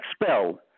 expelled